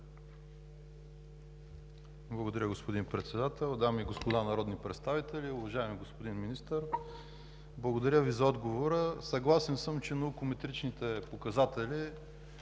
Благодаря, господин Председател. Дами и господа народни представители! Уважаеми господин Министър, благодаря Ви за отговора. Съгласен съм, че наукометричните показатели